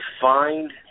find